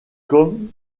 comme